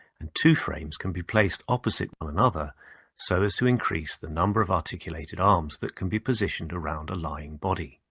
and two frames can be placed opposite one another so as to increase the number of articulated arms that can be positioned around a lying body.